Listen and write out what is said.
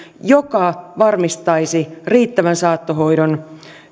joka varmistaisi riittävän saattohoidon